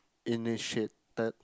initiated